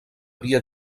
havia